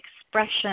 expression